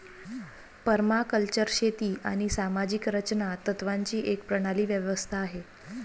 permaculture शेती आणि सामाजिक रचना तत्त्वांची एक प्रणाली व्यवस्था आहे